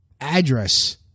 address